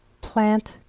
plant